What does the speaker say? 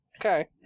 Okay